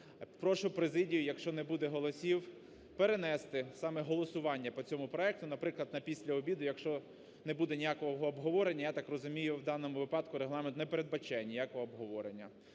Прошу президію, якщо не буде голосів, перенести саме голосування по цьому проекту, наприклад, на після обіду, якщо не буде ніякого обговорення. Я так розумію, в даному випадку Регламент не передбачає ніякого обговорення.